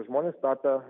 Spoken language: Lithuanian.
žmonės tapę